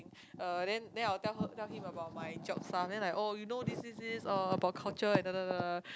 uh then then I'll tell her tell him about my job stuff then like oh you know this this this oh about culture and da da da da